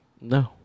No